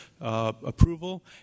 approval